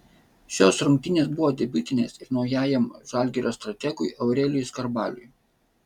šios rungtynės buvo debiutinės ir naujajam žalgirio strategui aurelijui skarbaliui